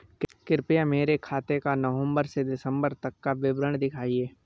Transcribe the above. कृपया मेरे खाते का नवम्बर से दिसम्बर तक का बैंक विवरण दिखाएं?